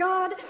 God